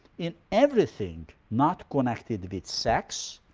in everything not connected with sex,